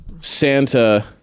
Santa